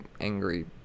angry